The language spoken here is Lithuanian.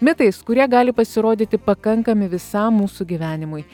mitais kurie gali pasirodyti pakankami visam mūsų gyvenimui